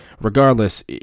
regardless